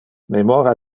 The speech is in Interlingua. memora